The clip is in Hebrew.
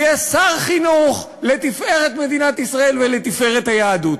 יהיה שר חינוך לתפארת מדינת ישראל ולתפארת היהדות.